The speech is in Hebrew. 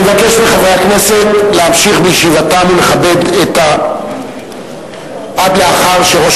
אני מבקש מחברי הכנסת להמשיך בישיבתם ולכבד אותנו עד לאחר שראש